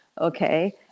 okay